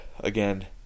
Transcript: again